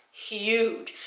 huge,